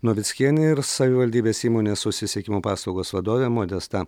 novickienė ir savivaldybės įmonės susisiekimo paslaugos vadovė modesta